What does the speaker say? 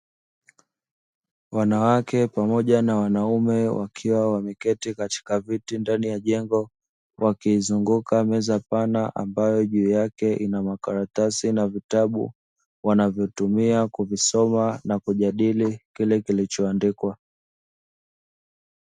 Wanawake pamoja na wanaume, wakiwa wameketi katika viti ndani ya jengo, wakiizunguka meza pana ambayo juu yake ina makaratasi na vitabu, wanavyotumia kuvisoma na kujadili kile kilichoandikwa.